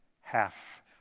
half